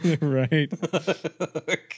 Right